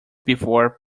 before